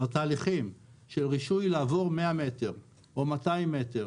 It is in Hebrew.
התהליכים של רישוי לעבור 100-200 מטר,